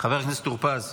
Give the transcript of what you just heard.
חבר הכנסת טור פז.